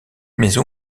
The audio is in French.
maison